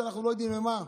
ואנחנו לא יודעים למה.